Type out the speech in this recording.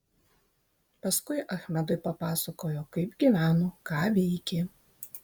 paskui achmedui papasakojo kaip gyveno ką veikė